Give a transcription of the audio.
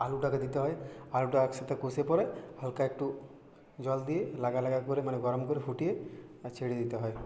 আলুটাকে দিতে হয় আলুটা একসাথে কষে পরে হালকা একটু জল দিয়ে লাগা লাগা করে মানে গরম করে ফুটিয়ে আর ছেড়ে দিতে হয়